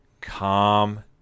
calm